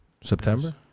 September